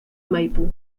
maipú